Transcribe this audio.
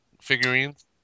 figurines